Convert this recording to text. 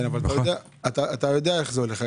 אבל אתה יודע איך זה הולך.